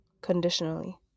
conditionally